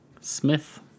Smith